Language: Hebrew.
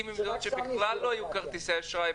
ממדינות שבהן בזמנו בכלל לא היו כרטיסי אשראי.